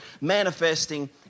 manifesting